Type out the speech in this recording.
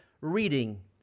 reading